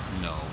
No